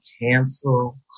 cancel